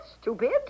stupid